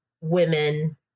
women